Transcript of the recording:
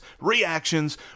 reactions